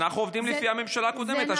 אנחנו עובדים לפי הממשלה הקודמת.